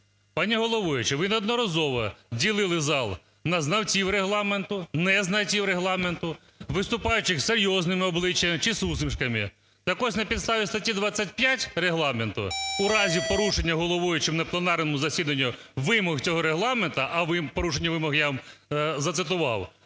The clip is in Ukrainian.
Пані головуюча, ви неодноразово ділили зал на знавців Регламенту, не знавців Регламенту, виступаючих з серйозними обличчями чи з усмішками. Так ось, на підставі статті 25 Регламенту у разі порушення головуючим на пленарному засіданні вимог цього Регламенту, а порушення вимог я вам зацитував,